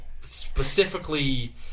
specifically